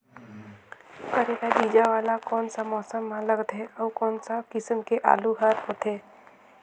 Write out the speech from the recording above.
करेला बीजा वाला कोन सा मौसम म लगथे अउ कोन सा किसम के आलू हर होथे?